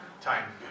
Time